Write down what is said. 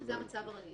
שזה המצב הרגיל.